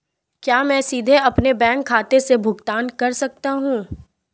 क्या मैं सीधे अपने बैंक खाते से भुगतान कर सकता हूं?